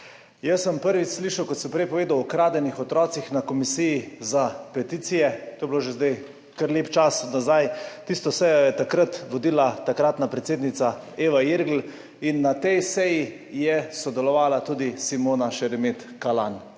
Jaz sem prvič slišal, kot sem prej povedal, o ukradenih otrocih na Komisiji za peticije. To je bilo zdaj že kar lep čas nazaj. Tisto sejo je takrat vodila takratna predsednica Eva Irgl in na tej seji je sodelovala tudi Simona Šeremet Kalanj.